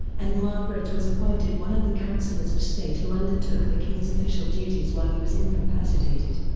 and margaret was appointed one of the counsellors of state who undertook the king's official duties while he was incapacitated.